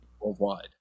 worldwide